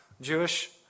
Jewish